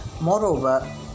Moreover